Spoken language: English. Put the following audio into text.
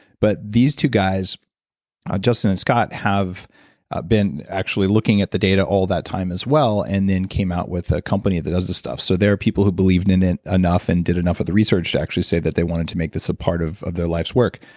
but these two guys justin and scott have been actually looking at the data all that time as well and then came out with a company that does that stuff. so there are people who believe and and enough and did enough of the research to actually say that they wanted to make this a part of of their life's work.